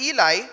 Eli